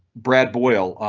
brad boyle.